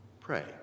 pray